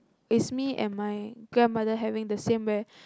is me and my grandmother having the same where